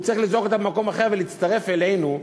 הוא צריך לזעוק אותה במקום אחר ולהצטרף אלינו.